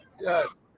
Yes